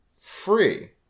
free